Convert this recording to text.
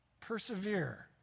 persevere